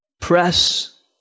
Press